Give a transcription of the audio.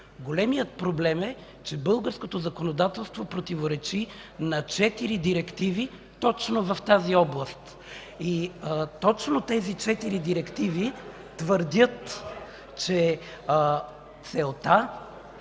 Големият проблем е, че българското законодателство противоречи на четири директиви точно в тази област. Точно тези четири директиви твърдят (силен